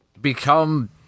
become